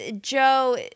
Joe